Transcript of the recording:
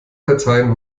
dateien